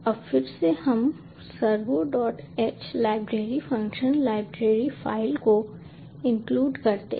अब फिर से हम servoh library function library file को इंक्लूड करते हैं